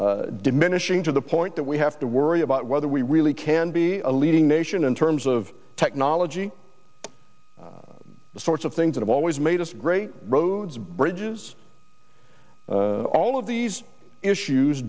is diminishing to the point that we have to worry about whether we really can be a leading nation in terms of technology the sorts of things that always made us great roads bridges all of these issues